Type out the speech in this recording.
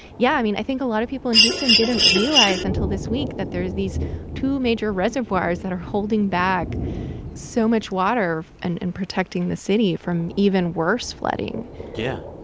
yeah, i mean, i think a lot of people in houston didn't realize until this week that there's these two major reservoirs that are holding back so much water and and protecting the city from even worse flooding yeah.